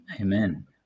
Amen